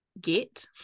get